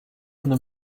from